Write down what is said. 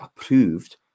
approved